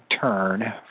turn